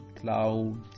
cloud